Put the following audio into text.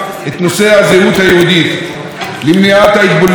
למניעת התבוללות ולעצירתה בארץ ובעולם.